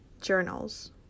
journals